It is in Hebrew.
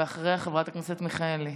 אחריה, חברת הכנסת מיכאלי,